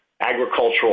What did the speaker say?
agricultural